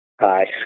Hi